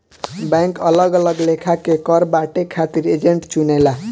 bank अलग अलग लेखा के कर बांटे खातिर एजेंट चुनेला